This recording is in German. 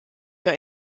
für